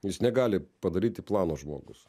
jis negali padaryti plano žmogus